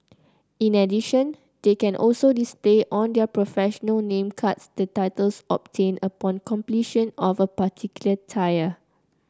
in addition they can also display on their professional name cards the titles obtained upon completion of a particular tier